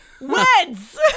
Weds